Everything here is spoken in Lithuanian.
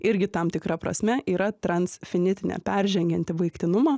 irgi tam tikra prasme yra transfinitinė peržengianti baigtinumą